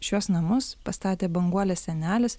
šiuos namus pastatė banguolės senelis